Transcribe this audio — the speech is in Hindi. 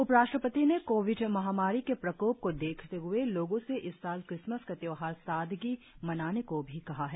उपराष्ट्रपति ने कोविड महामारी के प्रकोप को देखते हए लोगों से इस साल क्रिसमत का त्योहार सादगी मनाने को भी कहा है